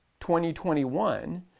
2021